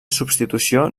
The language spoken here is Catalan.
substitució